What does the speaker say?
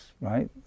right